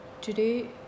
Today